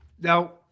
Now